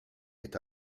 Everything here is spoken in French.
est